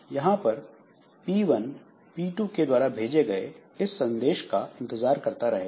यहां पर P1 P2 के द्वारा भेजे गए इस संदेश का इंतजार करता रहेगा